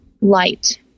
light